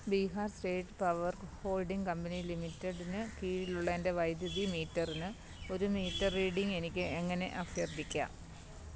Bihar state power holding company ലിമിറ്റഡിന് കീഴിലുള്ള എൻ്റെ വൈദ്യുതി മീറ്ററിന് ഒരു മീറ്റർ റീഡിംഗ് എനിക്ക് എങ്ങനെ അഭ്യർത്ഥിക്കാം